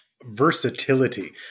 versatility